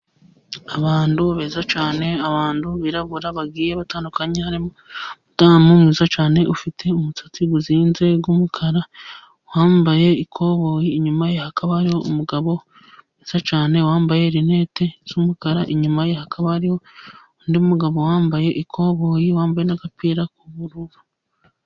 Abantu beza cyane, abantu birabura bagiye batandukanye. Harimo umudamu mwiza cyane ufite umusatsi uzinze w’umukara, wambaye ikoboyi. Inyuma ye, hakaba hari umugabo mwiza cyane wambaye linete z’umukara. Inyuma ye, hakaba hariho undi mugabo wambaye ikoboyi, wambaye n’agapira k’ubururu.